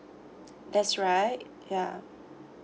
that's right ya